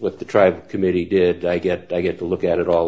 with the tribe committee did i get i get to look at it all